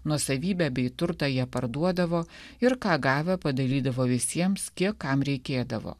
nuosavybę bei turtą jie parduodavo ir ką gavę padalydavo visiems kiek kam reikėdavo